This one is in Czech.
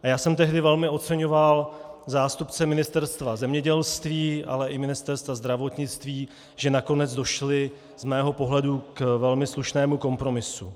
Já jsem tehdy velmi oceňoval zástupce Ministerstva zemědělství, ale i Ministerstva zdravotnictví, že nakonec došli z mého pohledu k velmi slušnému kompromisu.